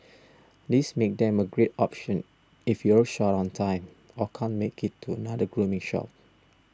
this makes them a great option if you're short on time or can't make it to another grooming shop